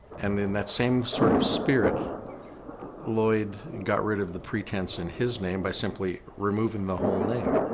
and in that same sort of spirit lloyd got rid of the pretense in his name by simply removing the whole name.